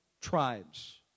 tribes